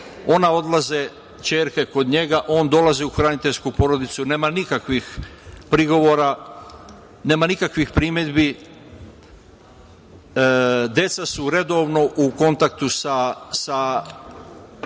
one odlaze kod njega, on odlazi u hraniteljsku porodicu, nema nikakvih prigovora, nema nikakvih primedbi. Deca su redovno u kontaktu sa